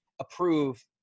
approve